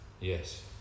Yes